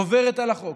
עוברת על החוק.